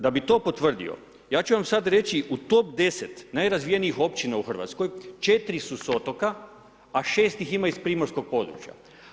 Da bi to potvrdio ja ću vam sada reći u top 10 najrazvijenijih općina u Hrvatskoj, 4 su s otoka, a 6 ih ima iz Primorskog područja.